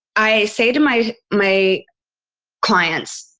i say to my my clients,